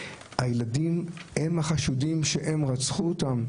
הילדים הם החשודים שהם רצחו אותם,